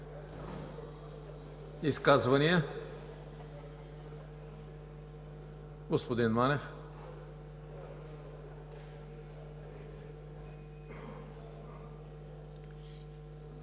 Изказвания? Господин Манев.